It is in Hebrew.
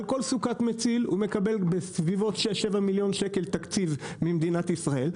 על כל סוכת מציל הוא מקבל בסביבות 6-7 מיליון שקל תקציב ממדינת ישראל,